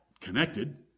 connected